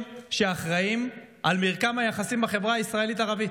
שאחראים למרקם היחסים בחברה הישראלית-ערבית.